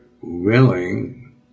willing